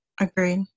Agreed